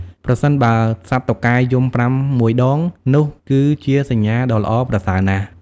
ប្រសិនបើសត្វតុកែយំប្រាំមួយដង នោះគឺជាសញ្ញាដ៏ល្អប្រសើរណាស់។